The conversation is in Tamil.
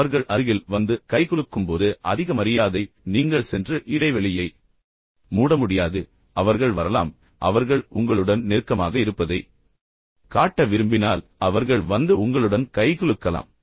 அவர்கள் அருகில் வந்து கைகுலுக்கும்போது அதிக மரியாதை நீங்கள் சென்று இடைவெளியை மூட முடியாது ஆனால் அவர்கள் வரலாம் பின்னர் அவர்கள் உங்களுடன் மிகவும் நெருக்கமாக இருப்பதை காட்ட விரும்பினால் அவர்கள் வந்து உங்களுடன் கைகுலுக்கலாம்